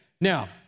Now